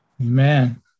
Amen